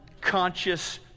conscious